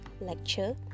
lecture